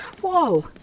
Whoa